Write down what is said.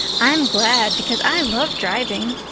i'm glad because i love driving.